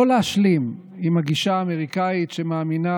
לא להשלים עם הגישה האמריקאית שמאמינה